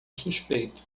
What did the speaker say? suspeito